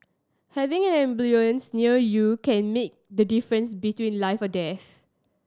having an ambulance near you can make the difference between life and death